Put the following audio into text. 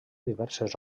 diverses